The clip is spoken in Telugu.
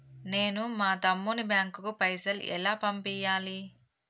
నేను మా తమ్ముని బ్యాంకుకు పైసలు ఎలా పంపియ్యాలి?